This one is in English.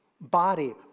body